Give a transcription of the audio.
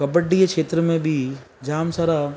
कॿडीअ जे क्षेत्र में बि जाम सारा